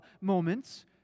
moments